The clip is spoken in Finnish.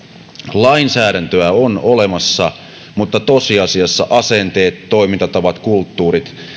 lainsäädäntöä on olemassa mutta tosiasiassa asenteet toimintatavat kulttuurit